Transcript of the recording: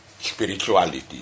spirituality